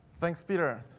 thanks peter.